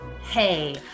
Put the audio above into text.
hey